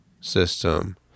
system